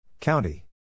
County